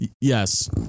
yes